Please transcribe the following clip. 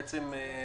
בעצם,